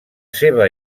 seva